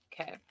okay